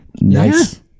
nice